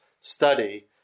study